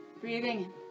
Breathing